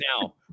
now